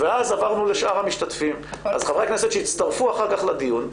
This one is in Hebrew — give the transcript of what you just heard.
היועץ המשפטי לממשלה הבטיח שיתקיים עוד דיון.